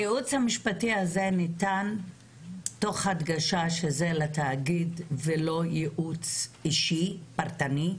הייעוץ המשפטי הזה ניתן תוך הדגשה שזה לתאגיד ולא ייעוץ אישי פרטני?